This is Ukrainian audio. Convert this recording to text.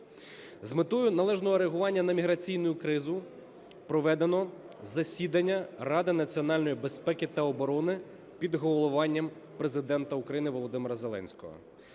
З метою належного реагування на міграційну кризу проведено засідання Ради національної безпеки та оборони під головуванням Президента України Володимира Зеленського.